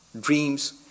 dreams